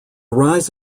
rise